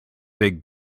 big